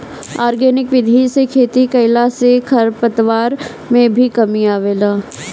organic विधि से खेती कईला से खरपतवार में भी कमी आवेला